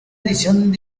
edición